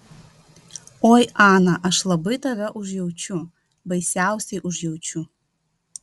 oi ana aš labai tave užjaučiu baisiausiai užjaučiu